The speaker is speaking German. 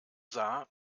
sah